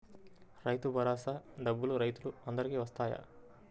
రైతు భరోసా డబ్బులు రైతులు అందరికి వస్తాయా?